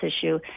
issue